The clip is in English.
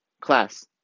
class